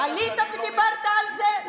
עלית ודיברת על זה?